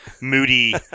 moody